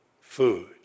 food